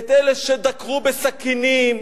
את אלה שדקרו בסכינים,